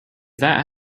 that